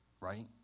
right